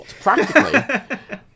practically